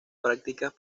prácticas